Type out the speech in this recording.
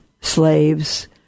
slaves